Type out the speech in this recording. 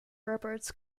reports